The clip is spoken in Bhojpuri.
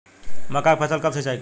मका के फ़सल कब सिंचाई करी?